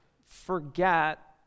forget